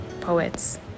poets